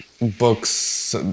books